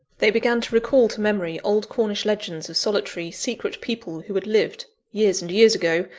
they began to recall to memory old cornish legends of solitary, secret people who had lived, years and years ago,